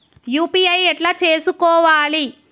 UPI ఎట్లా చేసుకోవాలి?